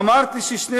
אמרתי שאני